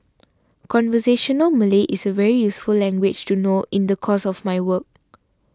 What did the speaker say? conversational Malay is a very useful language to know in the course of my work